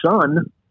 son